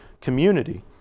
community